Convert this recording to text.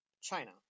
China